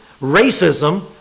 racism